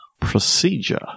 Procedure